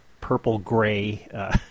purple-gray